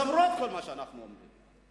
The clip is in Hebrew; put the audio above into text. למרות כל מה שאנחנו אומרים,